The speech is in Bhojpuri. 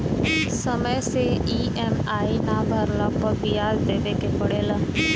समय से इ.एम.आई ना भरला पअ बियाज देवे के पड़ेला